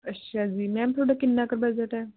ਅੱਛਾ ਜੀ ਮੈਮ ਤੁਹਾਡਾ ਕਿੰਨਾਂ ਕੁ ਬਜਟ ਹੈ